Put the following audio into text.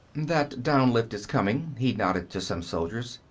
that down lift is coming. he nodded to some soldiers.